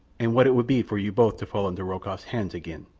and what it would be for you both to fall into rokoff's hands again.